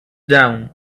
down